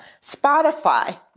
Spotify